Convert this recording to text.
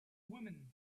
woman